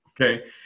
Okay